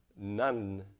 none